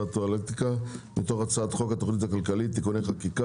והטואלטיקה) מתוך הצעת חוק התוכנית הכלכלית (תיקוני חקיקה